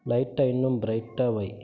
லைட்டை இன்னும் பிரைட்டாக வை